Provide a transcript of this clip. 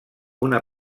una